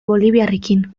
boliviarrekin